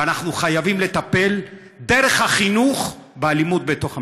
ואנחנו חייבים לטפל דרך החינוך באלימות בתוך המשפחה.